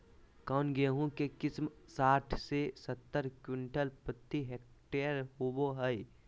कौन गेंहू के किस्म साठ से सत्तर क्विंटल प्रति हेक्टेयर होबो हाय?